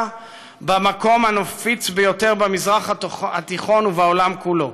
במקום הנפיץ ביותר במזרח התיכון ובעולם כולו,